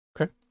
Okay